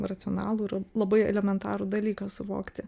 racionalų ir labai elementarų dalyką suvokti